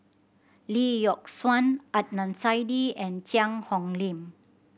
Lee Yock Suan Adnan Saidi and Cheang Hong Lim